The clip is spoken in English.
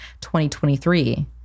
2023